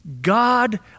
God